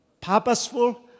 purposeful